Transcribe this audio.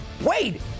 wait